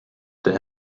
there